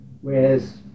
Whereas